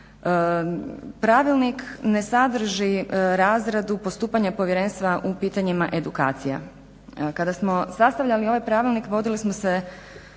Pravilnik ne sadrži razradu postupanja povjerenstva u pitanjima edukacija. Kada smo sastavljali ovaj pravilnik vodili smo se